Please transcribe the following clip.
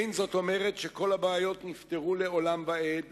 אין זאת אומרת שכל הבעיות נפתרו לעולם ועד